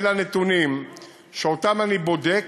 ואלה הנתונים שאני בודק,